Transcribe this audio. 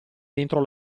dentro